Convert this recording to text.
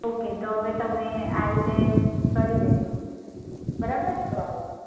okay તો હવે તમે આઈને કરી દેજો બરાબર